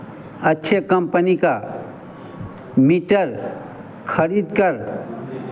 अच्छे कम्पनी का मीटर खरीदकर